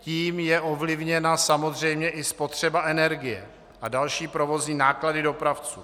Tím je ovlivněna samozřejmě i spotřeba energie a další provozní náklady dopravců.